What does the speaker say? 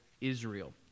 Israel